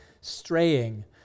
straying